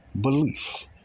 belief